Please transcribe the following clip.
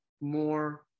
more